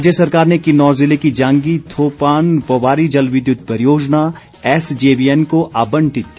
राज्य सरकार ने किन्नौर जिले की जंगी थोपान पोवारी जल विद्युत परियोजना एसजेवीएन को आबंटित की